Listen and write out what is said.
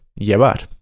llevar